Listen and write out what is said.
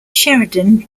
sheridan